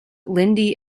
lindy